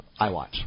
iWatch